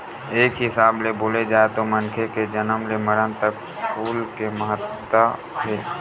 एक हिसाब ले बोले जाए तो मनखे के जनम ले मरन तक फूल के महत्ता हे